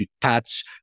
touch